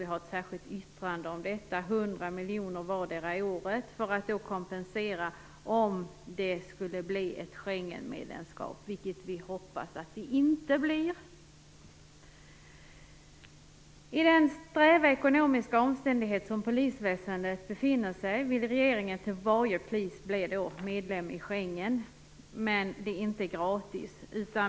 Vi har ett särskilt yttrande om detta. 100 miljoner bör tas vartdera året för att kompensera för ett Schengenmedlemskap om ett sådant skulle bli aktuellt, vilket vi hoppas att det inte blir. I den sträva ekonomiska situation som polisväsendet befinner sig vill regeringen till varje pris att Sverige skall bli medlem i Schengen, men detta är inte gratis.